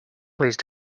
please